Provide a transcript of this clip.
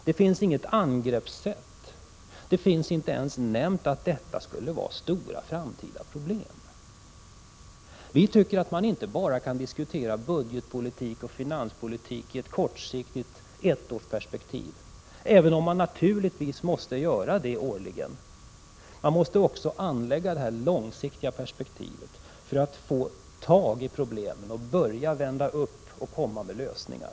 Det finns inget angreppssätt, och det står inte ens nämnt att detta skulle vara stora framtida problem. Vi tycker att man inte bara kan diskutera budgetpolitik och finanspolitik i ett kortsiktigt ettårsperspektiv — även om man naturligtvis måste göra det årligen. Man måste också anlägga detta långsiktiga perspektiv för att få grepp om problemen, och börja vända dem och komma med lösningar.